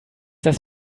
das